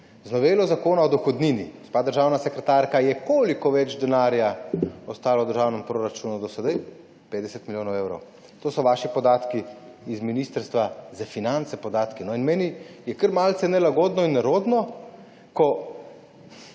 Z novelo Zakona o dohodnini, gospa državna sekretarka, je koliko več denarja ostalo v državnem proračunu do sedaj? 50 milijonov evrov. To so podatki z Ministrstva za finance. Meni je kar malce nelagodno in nerodno, ko